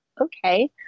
okay